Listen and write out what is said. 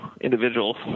individuals